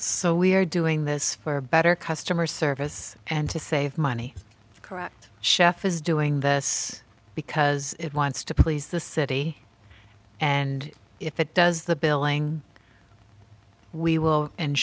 so we are doing this for better customer service and to save money the correct chef is doing this because it wants to please the city and if it does the billing we will